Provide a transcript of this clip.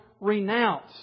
renounce